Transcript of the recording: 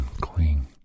clean